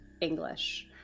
English